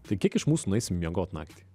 tai kiek iš mūsų nueisim miegot naktį